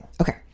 okay